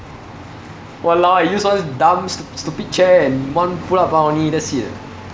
!walao! I use one dumb stu~ stupid chair and one pull up bar only that's it eh